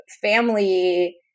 family